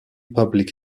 public